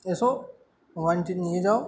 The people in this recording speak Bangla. এসো মোবাইলটি নিয়ে যাও